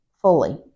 fully